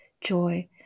joy